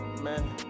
man